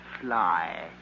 fly